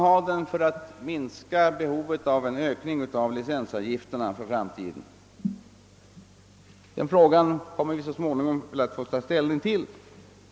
Vi kommer så småningom att få ta ställning till om vi skall tillåta reklam för att minska behovet av att öka licensavgifterna i framtiden.